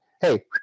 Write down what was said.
hey